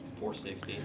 460